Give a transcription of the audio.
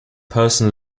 person